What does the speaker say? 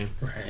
Right